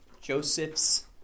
Joseph's